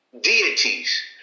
deities